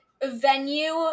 venue